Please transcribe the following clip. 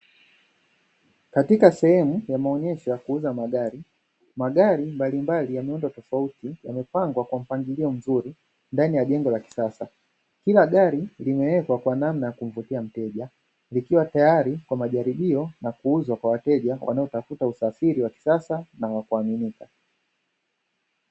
Katika sehemu ya maonyesho ya kuuza magari, magari mbalimbali ya miundo tofauti yamepangwa kwa mpangilio mzuri katika jengo la kisasa, kila gari limewekwa kwa namna ya kumvutia mteja likiwa tayari kwa majaribio na kuuzwa kwa wateja wanaotafuta usafiri wa kisasa na wa kuaminika.